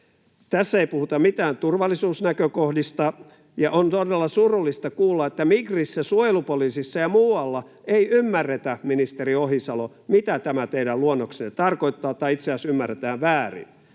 Tässä ei puhuta mitään turvallisuusnäkökohdista. Ja on todella surullista kuulla, että Migrissä, suojelupoliisissa ja muualla ei ymmärretä, ministeri Ohisalo, mitä tämä teidän luonnoksenne tarkoittaa, tai itse asiassa ymmärretään väärin.